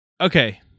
okay